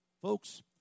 folks